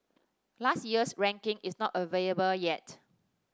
last year's ranking is not available yet